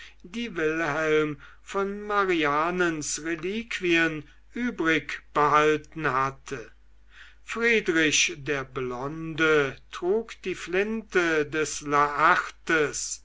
die wilhelm von marianens reliquien übrigbehalten hatte friedrich der blonde trug die flinte des laertes